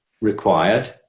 required